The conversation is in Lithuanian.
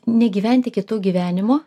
negyventi kitų gyvenimo